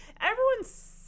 everyone's